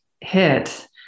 hit